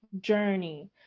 journey